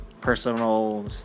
personal